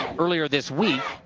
earlier this week,